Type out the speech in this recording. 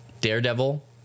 Daredevil